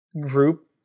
group